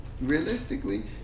Realistically